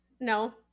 No